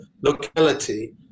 locality